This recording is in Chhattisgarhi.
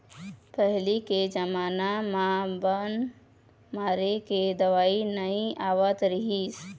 पहिली के जमाना म बन मारे के दवई नइ आवत रहिस हे